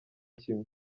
kimwe